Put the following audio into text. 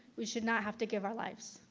we should not have to give our lives.